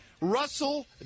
Russell